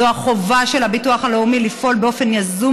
זאת החובה של הביטוח הלאומי לפעול באופן יזום